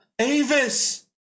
Avis